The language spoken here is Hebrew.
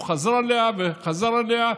והוא חזר עליה וחזר עליה,